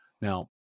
Now